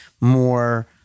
more